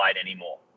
anymore